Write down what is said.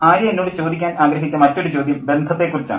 ആര്യ എന്നോട് ചോദിക്കാൻ ആഗ്രഹിച്ച മറ്റൊരു ചോദ്യം ബന്ധത്തെക്കുറിച്ചാണ്